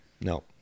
no